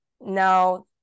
now